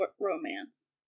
romance